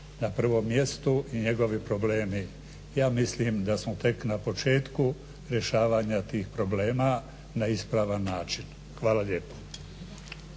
na prvom mjestu i njegovi problemi. Ja mislim da smo tek na početku rješavanja tih problema na ispravan način. Hvala lijepo.